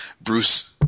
Bruce